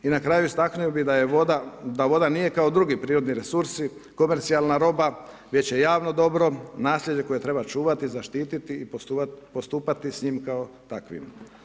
I na kraju istaknuo bi da voda nije kao drugi prirodni resursi komercijalna roba već je javno dobro, nasljeđe koje treba čuvati, zaštititi i postupati s njim kao takvim.